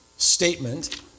statement